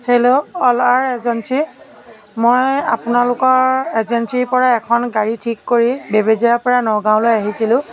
hello অলা agency মই আপোনালোকৰ এজেঞ্চীৰ পৰা এখন গাড়ী ঠিক কৰি বেবেজীয়াৰ পৰা নগাঁৱলৈ আহিছিলোঁ